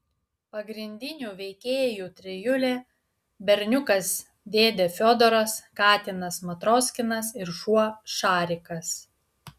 pagrindinių veikėjų trijulė berniukas dėdė fiodoras katinas matroskinas ir šuo šarikas